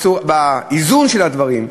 באיזון של הדברים,